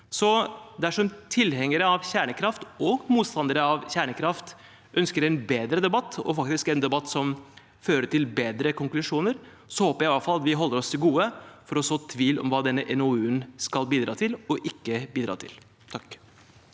Dersom tilhengere av og motstandere av kjernekraft ønsker en bedre debatt, og faktisk en debatt som fører til bedre konklusjoner, håper jeg iallfall vi holder oss for gode til å så tvil om hva denne NOU-en skal og ikke skal bidra til. Marius